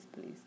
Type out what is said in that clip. please